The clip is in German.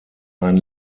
ein